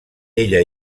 ella